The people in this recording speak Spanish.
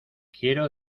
quiero